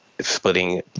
splitting